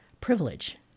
Privilege